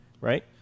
right